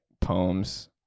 poems